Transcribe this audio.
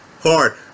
hard